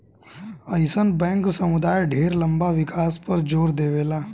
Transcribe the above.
अइसन बैंक समुदाय ढेर लंबा विकास पर जोर देवेला